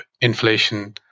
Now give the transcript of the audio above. inflation